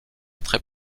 très